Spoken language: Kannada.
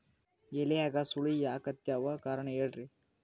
ಎಲ್ಯಾಗ ಸುಳಿ ಯಾಕಾತ್ತಾವ ಕಾರಣ ಹೇಳ್ರಿ?